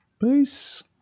Peace